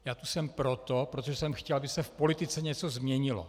Já tu jsem proto, protože jsem chtěl, aby se v politice něco změnilo.